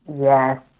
Yes